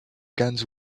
guns